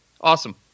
Awesome